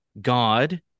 God